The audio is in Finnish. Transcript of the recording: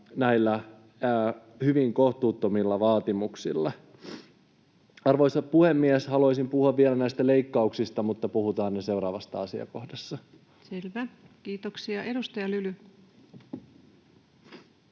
näillä hyvin kohtuuttomilla vaatimuksilla. Arvoisa puhemies! Haluaisin puhua vielä näistä leikkauksista, mutta puhutaan niistä seuraavassa asiakohdassa. [Speech 157] Speaker: